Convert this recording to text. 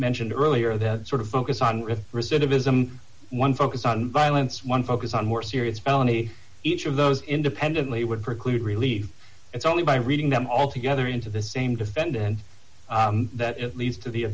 mentioned earlier that sort of focus on recidivism one focus on violence one focus on more serious felony each of those independently would preclude relief it's only by reading them all together into the same defendant that it leads to the